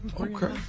Okay